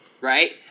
Right